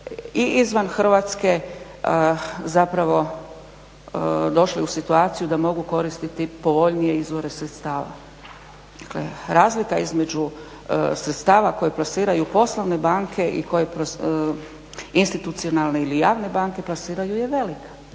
i izvan Hrvatske zapravo došli u situaciju da mogu koristiti povoljnije izvore sredstava. Dakle razlika između sredstava koje plasiraju poslovne banke i koje institucionalne ili javne banke plasiraju je velika,